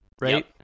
Right